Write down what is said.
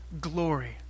glory